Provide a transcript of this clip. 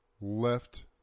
left